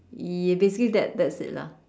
y~ basically that that's it lah